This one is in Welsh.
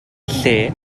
lle